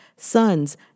Sons